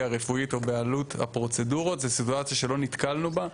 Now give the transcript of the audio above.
הרפואית או בעלות הפרוצדורות - זו סיטואציה שלא נתקלנו בה.